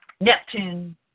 Neptune